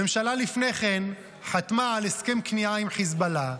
הממשלה שלפני כן חתמה על הסכם כניעה עם חיזבאללה,